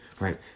right